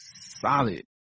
solid